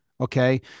Okay